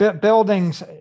Buildings